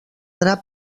drap